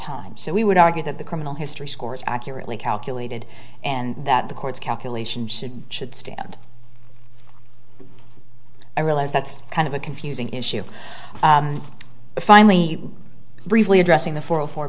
time so we would argue that the criminal history scores accurately calculated and that the courts calculation should be should stand i realize that's kind of a confusing issue but finally briefly addressing the forum fo